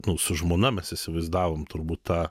nu su žmona mes įsivaizdavom turbūt tą